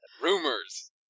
Rumors